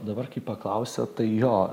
dabar kai paklausėt tai jo